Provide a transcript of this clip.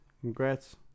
Congrats